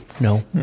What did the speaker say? No